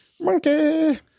Monkey